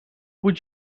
would